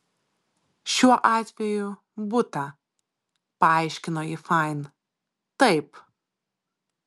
šiuo atveju butą paaiškino ji fain taip